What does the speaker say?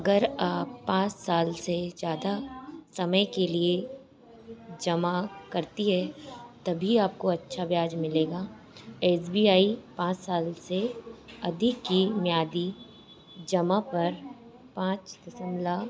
अगर आप पाँच साल से ज़्यादा समय के लिए जमा करती हैं तभी आपको अच्छा ब्याज मिलेगा एस बी आई पाँच साल से अधिक की मियादी जमा पर पाँच दसमलव